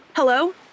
Hello